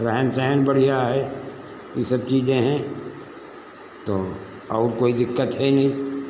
रहन सहन बढ़िया है ये सब चीज़ें हैं तो और कोई दिक्कत है नहीं